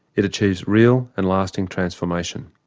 it achieves real and lasting transformation.